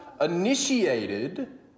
initiated